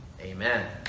Amen